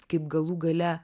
kaip galų gale